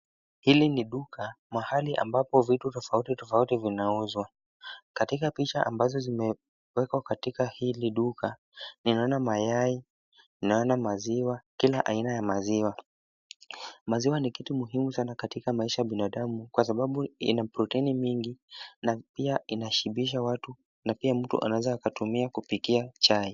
Hili ni duka, mahali ambapo vitu tofauti tofauti vinauzwa. Katika picha ambazo zimewekwa katika hili duka, ninaona mayai, ninaona maziwa, kila aina ya maziwa. Maziwa ni kitu muhimu katika mwili wa binadamu kwa sababu ina protein mingi na pia inashibisha watu na pia mtu anaweza kutumia kupikia chai.